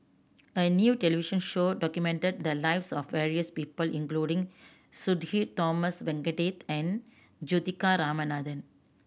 a new television show documented the lives of various people including Sudhir Thomas Vadaketh and Juthika Ramanathan